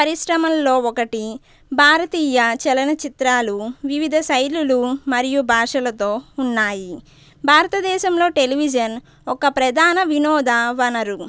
పరిశ్రమల్లో ఒకటి భారతీయ చలనచిత్రాలు వివిధ శైలులు మరియు భాషలతో ఉన్నాయి భారతదేశంలో టెలివిజన్ ఒక ప్రధాన వినోద వనరు